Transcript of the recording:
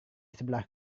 sebelah